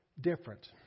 different